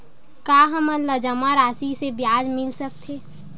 का हमन ला जमा राशि से ब्याज मिल सकथे?